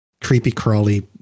creepy-crawly